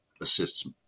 assists